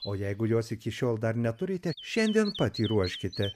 o jeigu jos iki šiol dar neturite šiandien pati ruoškite